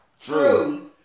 True